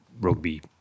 rugby